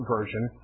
Version